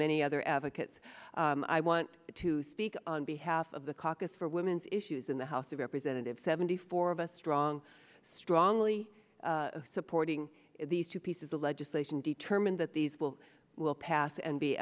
many other advocates i want to speak on behalf of the caucus for women's issues in the house of representatives seventy four of us strong strongly supporting these two pieces of legislation determined that these will will pass and be